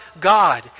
God